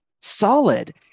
solid